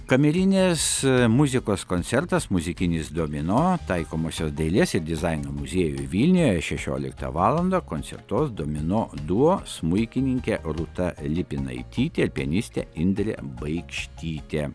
kamerinės muzikos koncertas muzikinis domino taikomosios dailės ir dizaino muziejuj vilniuje šešioliktą valandą koncertuos domino duo smuikininkė rūta lipinaitytė pianistė indrė baikštytė